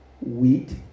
wheat